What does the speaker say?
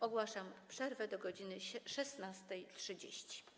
Ogłaszam przerwę do godz. 16.30.